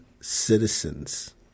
citizens